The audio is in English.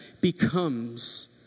becomes